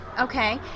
Okay